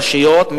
רשויות,